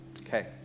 Okay